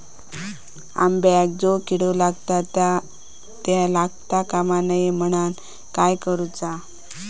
अंब्यांका जो किडे लागतत ते लागता कमा नये म्हनाण काय करूचा?